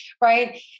right